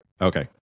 Okay